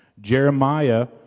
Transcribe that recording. Jeremiah